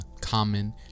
Common